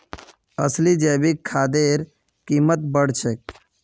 असली जैविक खादेर कीमत बढ़ छेक